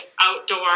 outdoor